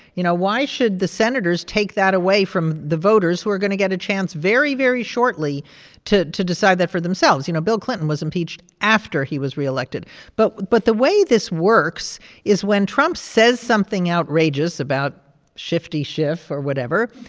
you know, why should the senators take that away from the voters, who are going to get a chance very, very shortly to to decide that for themselves? you know, bill clinton was impeached after he was reelected but but the way this works is when trump says something outrageous about shifty schiff or whatever,